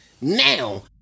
now